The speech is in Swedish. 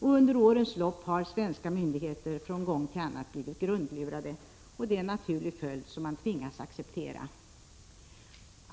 Under årens lopp har svenska myndigheter gång efter annan blivit grundlurade. Det är en naturlig följd som man tvingas acceptera.